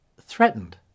threatened